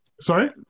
sorry